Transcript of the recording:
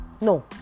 No